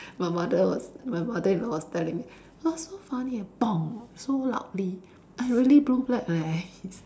my mother was my mother-in-law was telling me it was so funny eh so loudly eh really blue black leh his